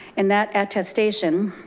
and that attestation,